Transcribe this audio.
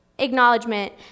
Acknowledgement